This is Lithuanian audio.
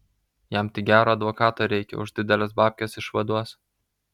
jam tik gero advokato reikia už dideles babkes išvaduos